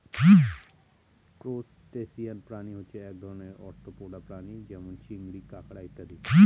crustacean প্রাণী হচ্ছে এক ধরনের আর্থ্রোপোডা প্রাণী যেমন চিংড়ি, কাঁকড়া ইত্যাদি